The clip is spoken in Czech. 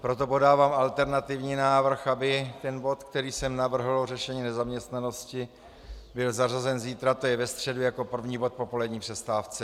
Proto podávám alternativní návrh, aby bod, který jsem navrhl, řešení nezaměstnanosti, byl zařazen zítra, to je ve středu, jako první bod po polední přestávce.